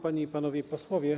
Panie i Panowie Posłowie!